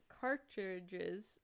cartridges